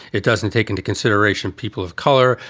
it doesn't take into consideration people of color,